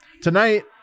tonight